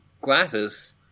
glasses